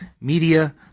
media